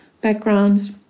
backgrounds